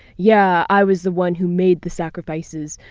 yeah. i was the one who made the sacrifices.